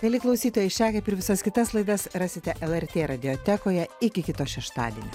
mieli klausytojai šią kaip ir visas kitas laidas rasite lrt radiotekoje iki kito šeštadienio